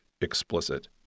Explicit